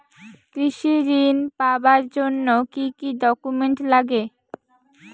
কৃষি ঋণ পাবার জন্যে কি কি ডকুমেন্ট নাগে?